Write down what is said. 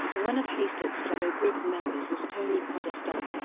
one of hastert's fellow group members was tony podesta.